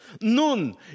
Nun